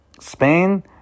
Spain